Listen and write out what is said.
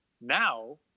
Now